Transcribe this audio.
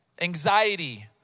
anxiety